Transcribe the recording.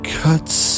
cuts